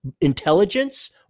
intelligence –